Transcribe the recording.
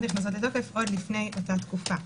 נכנסות לתוקף עוד לפני אותה תקופה,